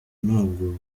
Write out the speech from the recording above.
ntabwo